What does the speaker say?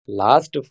last